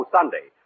Sunday